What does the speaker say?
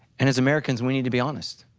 and as americans we need to be honest,